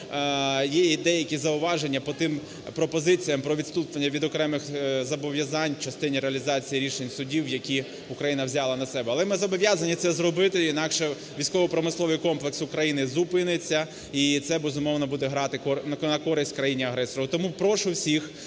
є і деякі зауваження по тим пропозиціям про відступлення від окремих зобов'язань в частині реалізації рішень судів, які Україна взяла на себе. Але ми зобов'язані це зробити, інакше військово-промисловий комплекс України зупиниться , і це, безумовно, буде грати на користь країні-агресору. Тому прошу всіх